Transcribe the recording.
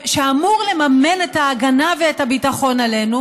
שאמור לממן את ההגנה ואת הביטחון עלינו